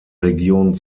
region